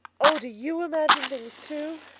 oh, do you imagine things too?